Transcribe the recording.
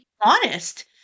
honest